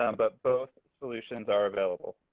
um but both solutions are available.